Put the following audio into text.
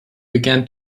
began